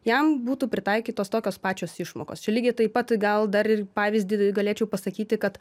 jam būtų pritaikytos tokios pačios išmokos čia lygiai taip pat gal dar ir pavyzdį galėčiau pasakyti kad